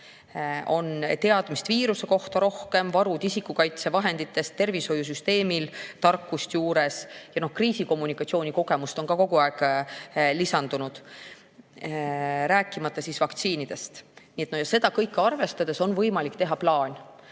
on teadmisi viiruse kohta rohkem, isikukaitsevahendite varud olemas, tervishoiusüsteemil tarkust juures ja ka kriisikommunikatsiooni kogemust on kogu aeg lisandunud, rääkimata vaktsiinidest. Seda kõike arvestades on võimalik teha plaan,